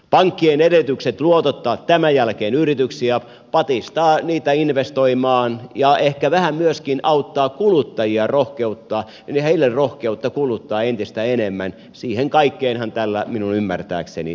pankkien edellytyksiin luotottaa tämän jälkeen yrityksiä patistaa niitä investoimaan ja ehkä vähän myöskin antaa kuluttajille rohkeutta kuluttaa entistä enemmän siihen kaikkeenhan tällä minun ymmärtääkseni tähdätään